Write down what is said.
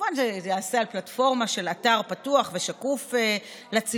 וכמובן שזה ייעשה על פלטפורמה של אתר פתוח ושקוף לציבור,